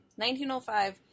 1905